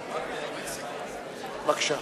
בבקשה.